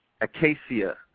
Acacia